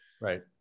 Right